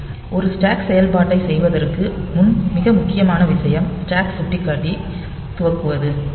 ஒரு ஸ்டேக் செயல்பாட்டைச் செய்வதற்கு முன் மிக முக்கியமான விஷயம் ஸ்டாக் சுட்டிக்காட்டி துவக்குவது